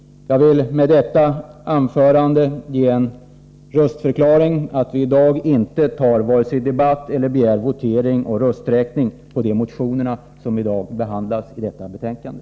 Jag vill med detta anförande göra den röstförklaringen att vi i dag inte vare sig tar upp någon debatt eller begär votering eller rösträkning med anledning av de motioner som behandlas i detta betänkande.